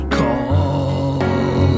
call